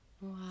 Wow